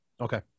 okay